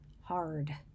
hard